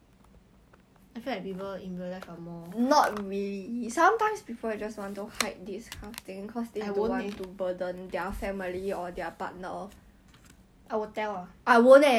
but like you know the whole atmosphere looks very old looks like a old drama twenty sixteen 这样久 liao ah 四年 liao ah